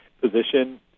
position